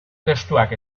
testuak